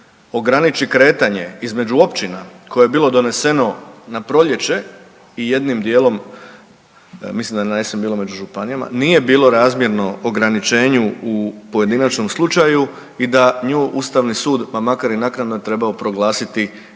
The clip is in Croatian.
ograniči kretanje između općina koje bilo doneseno na proljeće i jednim dijelom, mislim da je na jesen bilo među županijama, nije bilo razmjerno ograničenju u pojedinačnom slučaju i da nju Ustavni sud, pa makar i naknadno trebao proglasiti nečim